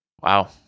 Wow